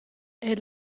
eir